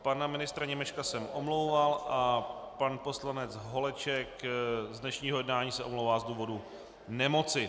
Pana ministra Němečka jsem omlouval a pan poslanec Holeček se z dnešního jednání omlouvá z důvodu nemoci.